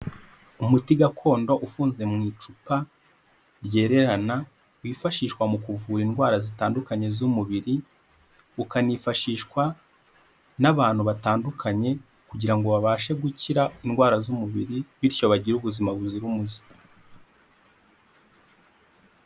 Umuti gakondo ufunzwe mu icupa ryererana wifashishwa mu kuvura indwara zitandukanye z'umubiri, ukanifashishwa n'abantu batandukanye kugira ngo babashe gukira indwara z'umubiri bityo bagire ubuzima buzira umuze.